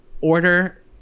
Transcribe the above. order